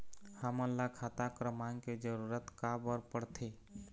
हमन ला खाता क्रमांक के जरूरत का बर पड़थे?